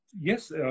Yes